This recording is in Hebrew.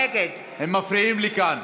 הם מפריעים לי כאן.